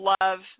love